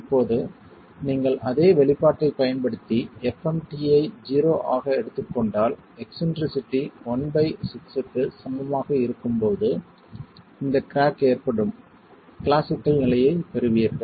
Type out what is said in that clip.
இப்போது நீங்கள் அதே வெளிப்பாட்டைப் பயன்படுத்தி fmt ஐ 0 ஆக எடுத்துக் கொண்டால் எக்ஸ்ன்ட்ரிசிட்டி l6 க்கு சமமாக இருக்கும்போது இந்த கிராக் ஏற்படும் கிளாசிக்கல் நிலையைப் பெறுவீர்கள்